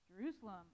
Jerusalem